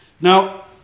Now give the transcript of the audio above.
Now